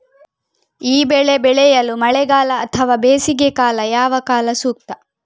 ಈ ಬೆಳೆ ಬೆಳೆಯಲು ಮಳೆಗಾಲ ಅಥವಾ ಬೇಸಿಗೆಕಾಲ ಯಾವ ಕಾಲ ಸೂಕ್ತ?